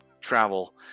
travel